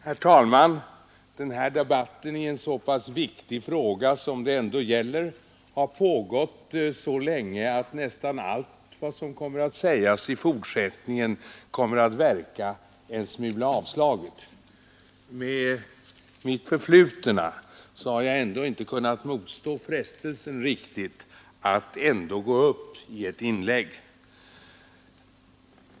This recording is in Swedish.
Herr talman! Denna debatt i en så viktig fråga som det här ändå gäller har pågått så länge att nästan allt vad som kommer att sägas i fortsättningen verkar en smula avslaget. Med mitt förflutna har jag emellertid inte kunnat motstå frestelsen att ändå gå upp i ett inlägg.